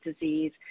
disease